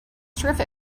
terrific